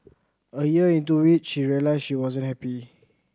a year into it she realised she wasn't happy